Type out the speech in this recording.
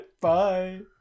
Bye